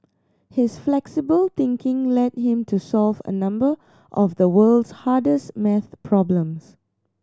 his flexible thinking led him to solve a number of the world's hardest maths problems